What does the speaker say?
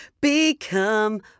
become